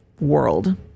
world